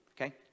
Okay